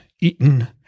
eaten